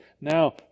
Now